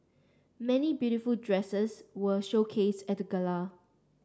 many beautiful dresses were showcased at the gala